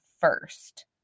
first